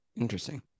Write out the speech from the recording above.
Interesting